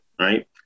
right